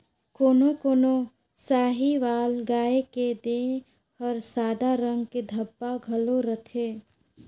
कोनो कोनो साहीवाल गाय के देह हर सादा रंग के धब्बा घलो रहथे